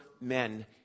men